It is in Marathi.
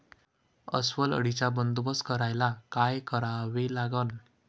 अस्वल अळीचा बंदोबस्त करायले काय करावे लागन?